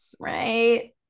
Right